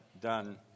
done